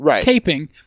taping